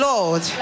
Lord